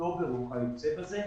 אוקטובר וכיוצא בזה,